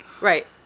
right